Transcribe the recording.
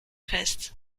fest